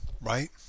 right